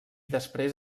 després